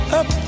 up